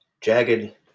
Jagged